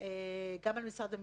גם על משרד המשפטים,